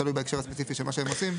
תלוי בהקשר הספציפי של מה שהם עושים.